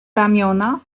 ramiona